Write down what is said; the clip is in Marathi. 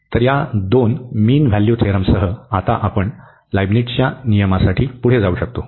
तर या दोन मीन व्हॅल्यू थेरमसह आता आपण लिबनिट्झच्या नियमासाठी पुढे जाऊ शकतो